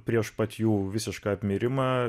prieš pat jų visišką apmirimą